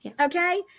okay